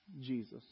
Jesus